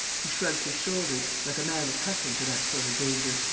he shrugged his shoulders, like a man accustomed to that sort of danger,